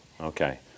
Okay